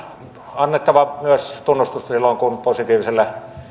annettava myös tunnustusta silloin kun positiiviselle